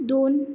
दोन